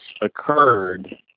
occurred